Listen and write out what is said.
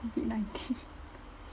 COVID nineteen